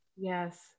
Yes